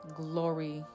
glory